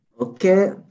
Okay